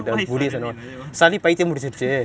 why suddenly like that [one]